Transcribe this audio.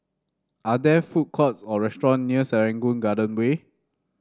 are there food courts or restaurants near Serangoon Garden Way